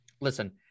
Listen